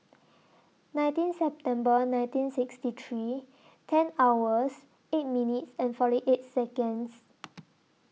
nineteen September nineteen sixty three ten hours eight minutes and forty eight Seconds